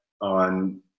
on